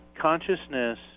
consciousness